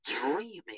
dreaming